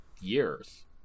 years